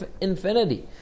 infinity